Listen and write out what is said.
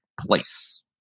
place